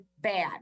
bad